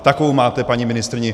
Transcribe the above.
Takovou máte paní ministryni.